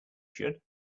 should